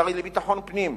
השר לביטחון פנים,